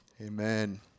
Amen